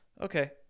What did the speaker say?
Okay